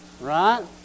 right